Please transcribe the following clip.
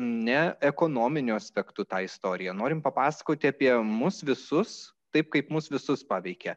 ne ekonominiu aspektu tą istoriją norime papasakoti apie mus visus taip kaip mus visus paveikė